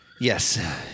Yes